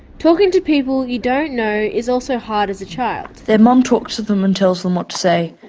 talking to people you don't know is also hard as a child. their mum talks to them and tells them what to say,